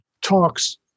talks